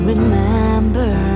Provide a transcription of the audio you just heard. Remember